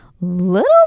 little